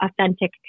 authentic